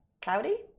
cloudy